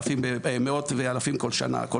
מאות ואלפים כל שנה.